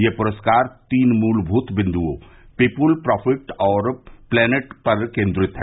यह पुरस्कार तीन मूलभूत बिन्दुओं पीपुल प्रॉफिट और प्लानेट पर केन्द्रित है